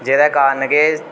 जेह्दे कारण की